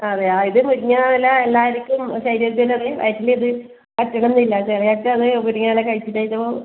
അതെയോ ഇത് മുരിങ്ങ ഇല എല്ലാർക്കും ശരീരത്തിന് ഉള്ളിൽ വലിയ ഇത് പറ്റണമെന്ന് ഇല്ല ചില ആൾക്ക് അത് മുരിങ്ങ ഇല കഴിച്ച് കഴിച്ച് അപ്പോൾ